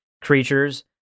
creatures